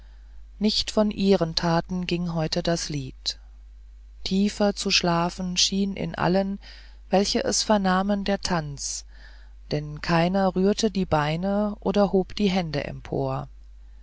nicht von ihren taten ging heute das lied tiefer zu schlafen schien in allen welche es vernahmen der tanz denn keiner rührte die beine oder hob die hände empor